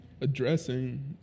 addressing